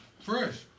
Fresh